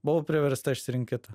buvau priversta išsirinkt kitą